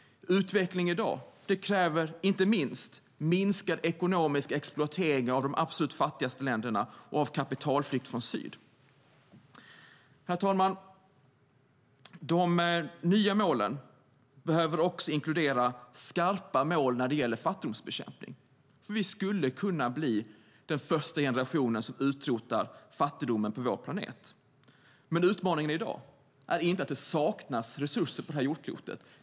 Utveckling i dag kräver inte minst minskad ekonomisk exploatering av de absolut fattigaste länderna och av kapitalflykt från Syd. Herr talman! De nya målen behöver också inkludera skarpa mål när det gäller fattigdomsbekämpning. Vi skulle som sagt kunna bli den generation som utrotar fattigdomen på vår planet. Men utmaningen i dag är inte att det saknas resurser på det här jordklotet.